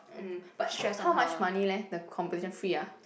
um but how much money leh the competition free ah